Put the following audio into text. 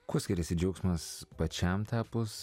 kuo skiriasi džiaugsmas pačiam tapus